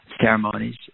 ceremonies